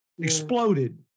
exploded